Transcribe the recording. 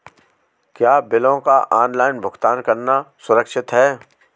क्या बिलों का ऑनलाइन भुगतान करना सुरक्षित है?